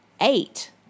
Eight